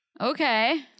Okay